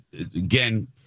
again